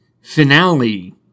finale